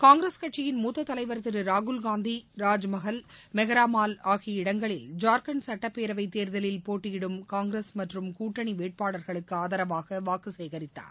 காங்கிரஸ் கட்சியின் மூத்த தலைவர் திரு ராகுல்காந்தி ராஜ்மகால் மெகராமால் ஆகிய இடங்களில் ஜார்கண்ட் சட்டப் பேரவை தேர்தலில் போட்டியிடும் காங்கிரஸ் மற்றம் கூட்டனி வேட்பாளர்களுக்கு ஆதரவாக வாக்கு சேகரித்தார்